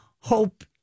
Hope